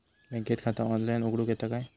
बँकेत खाता ऑनलाइन उघडूक येता काय?